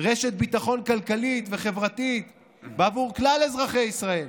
רשת ביטחון כלכלית וחברתית בעבור כלל אזרחי ישראל.